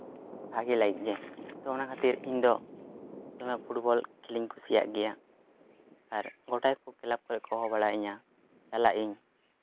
ᱵᱷᱟᱜᱮ ᱞᱟᱹᱜᱤᱫ ᱜᱮ ᱚᱱᱟ ᱠᱷᱟᱹᱛᱤᱨ ᱤᱧ ᱫᱚ ᱫᱚᱢᱮ ᱯᱷᱩᱴᱵᱚᱞ ᱠᱷᱮᱞᱤᱧ ᱠᱩᱥᱤᱭᱟᱜ ᱜᱮᱭᱟ ᱟᱨ ᱜᱳᱴᱟ ᱜᱮᱠᱚ ᱠᱞᱮᱵ ᱠᱚᱨᱮ ᱠᱚ ᱦᱚᱦᱚ ᱵᱟᱲᱟ ᱤᱧᱟ ᱪᱟᱞᱟᱜ ᱟᱹᱧ